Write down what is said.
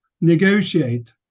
negotiate